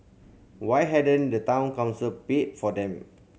why hadn't the Town Council paid for them